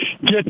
Get